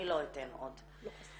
לא אתן עוד.